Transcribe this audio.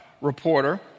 reporter